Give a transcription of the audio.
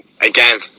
Again